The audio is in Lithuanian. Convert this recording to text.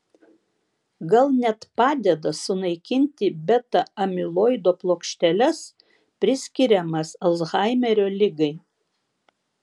gal net padeda sunaikinti beta amiloido plokšteles priskiriamas alzhaimerio ligai